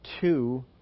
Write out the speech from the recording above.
two